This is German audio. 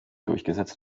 durchgesetzt